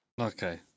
Okay